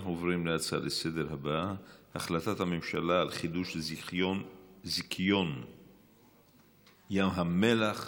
אנחנו עוברים להצעות לסדר-היום: החלטת הממשלה על חידוש זיכיון ים המלח